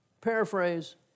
Paraphrase